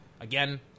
Again